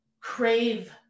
crave